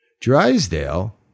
Drysdale